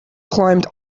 climbed